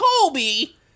Colby